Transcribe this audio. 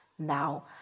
now